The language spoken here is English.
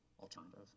alternative